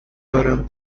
دارم